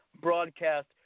broadcast